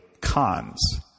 cons